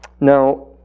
Now